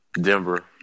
Denver